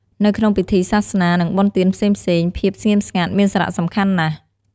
នៅក្នុងពិធីសាសនា និងបុណ្យទានផ្សេងៗ ភាពស្ងៀមស្ងាត់មានសារៈសំខាន់ណាស់។